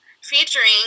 featuring